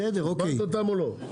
הזמנת אותם או לא?